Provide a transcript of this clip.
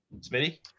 Smitty